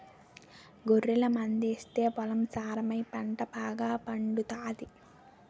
గొర్రెల మందాస్తే పొలం సారమై పంట బాగాపండుతాది